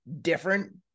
different